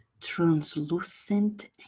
translucent